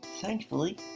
thankfully